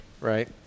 right